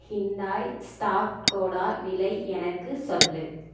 Hyundai ஸ்டாக்கோட விலை எனக்கு சொல்